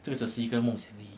这是只是一个梦想而已的